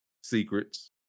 secrets